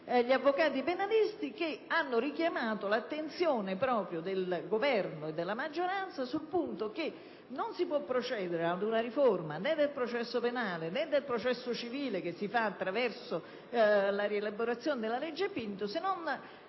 gli avvocati penalisti, che hanno richiamato l'attenzione del Governo e della maggioranza sul punto che non si può procedere ad una riforma del processo penale e del processo civile - che si realizza attraverso la rielaborazione della legge Pinto - se non